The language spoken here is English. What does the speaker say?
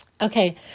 Okay